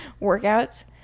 workouts